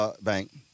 Bank